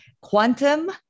quantum